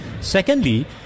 Secondly